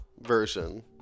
version